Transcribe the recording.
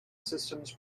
systems